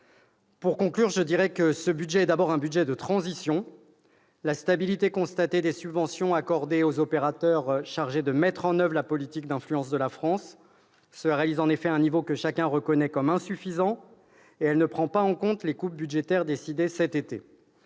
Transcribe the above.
Pour conclure, je dirais que ce budget est d'abord un budget de transition. La stabilité constatée des subventions accordées aux opérateurs chargés de mettre en oeuvre la politique d'influence de la France se réalise en effet à un niveau que chacun reconnaît comme insuffisant, et elle ne prend pas en compte les coupes budgétaires décidées cet été.